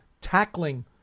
tackling